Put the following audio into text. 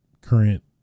current